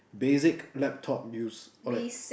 basic laptop use or like